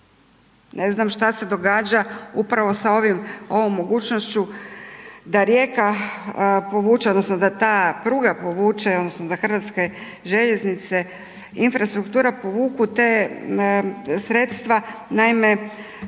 Ne znam šta se događa upravo sa ovom mogućnošću da Rijeka povuče odnosno ta pruga povuče odnosno da Hrvatske željeznice, Infrastruktura povuku ta sredstva. Naime,